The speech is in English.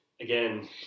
again